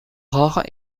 rare